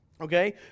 Okay